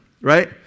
right